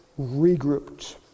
regrouped